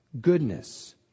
Goodness